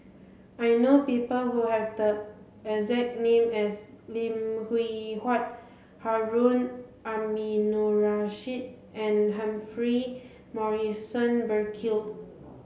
I know people who have the exact name as Lim Hwee Hua Harun Aminurrashid and Humphrey Morrison Burkill